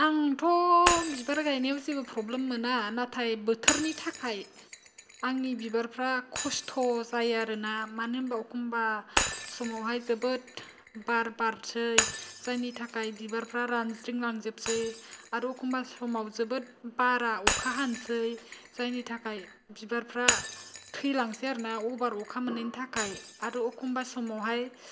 आंथ' बिबार गायनायाव जेबो प्रब्लेम मोना नाथाय बोथोरनि थाखाय आंनि बिबारफोरा खस्थ' जायो आरोना मानो होनबा एखनबा समावहाय जोबोद बार बारनोसै जायनि थाखाय बिबारफोरा रानज्रिं लांजोबसै आरो एखमबा समाव जोबोर बारा अखा हानोसै जायनि थाखाय बिबारफोरा थैलांसै आरोना अभार अखा मोननायनि थाखाय आरो एखमबा समावहाय